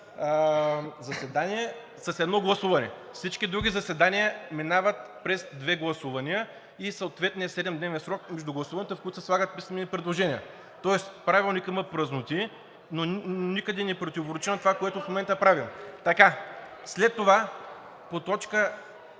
заседание с едно гласуване, всички други заседания минават през две гласувания и съответния седемдневен срок между гласуванията, в които се слагат писмени предложения, тоест Правилникът има празноти, но никъде не противоречи на това, което в момента правим. (Силен шум.) Също